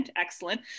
excellent